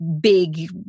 big